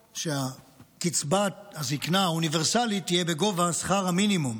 שקצבת הזקנה האוניברסלית תהיה בגובה שכר המינימום.